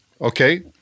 Okay